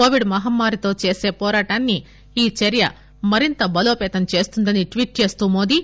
Covid మహమ్మారితో చేసే పోరాటాన్ని ఈ చర్య మరింత బలోపతం చేస్తుందని టీఏట్ చేస్తూ మోదీ